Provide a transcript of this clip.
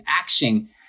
action